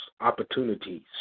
opportunities